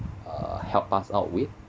uh help us out with